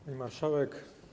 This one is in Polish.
Pani Marszałek!